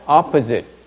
opposite